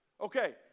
Okay